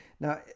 Now